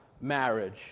marriage